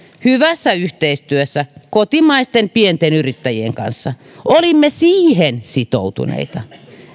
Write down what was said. hyvässä yhteistyössä kotimaisten pienten yrittäjien kanssa olimme siihen sitoutuneita